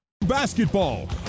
Basketball